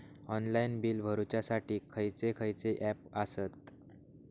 Online bill भरुच्यासाठी खयचे खयचे ऍप आसत?